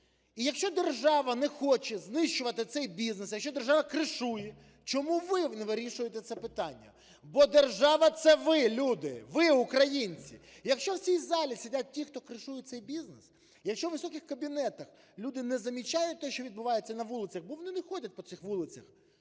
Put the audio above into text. і, якщо держава не хоче знищувати цей бізнес, якщо держава кришує, чому ви не вирішуєте це питання? Бо держава – це ви, люди! Ви, українці! Якщо в цій залі сидять ті, хто кришують цей бізнес, якщо в високих кабінетах люди не замічають те, що відбувається на вулицях, бо вони не ходять по цих вулицях,